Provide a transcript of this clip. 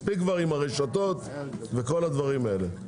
מספיק כבר עם הרשתות וכל הדברים האלה.